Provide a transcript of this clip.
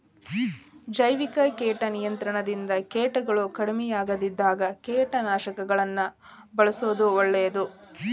ಜೈವಿಕ ಕೇಟ ನಿಯಂತ್ರಣದಿಂದ ಕೇಟಗಳು ಕಡಿಮಿಯಾಗದಿದ್ದಾಗ ಕೇಟನಾಶಕಗಳನ್ನ ಬಳ್ಸೋದು ಒಳ್ಳೇದು